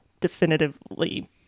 definitively